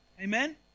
amen